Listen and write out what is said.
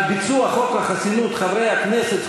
על ביצוע חוק חסינות חברי הכנסת,